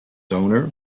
owner